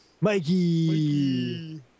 Mikey